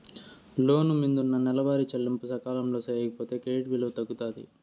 లోను మిందున్న నెలవారీ చెల్లింపులు సకాలంలో సేయకపోతే క్రెడిట్ విలువ తగ్గుతాది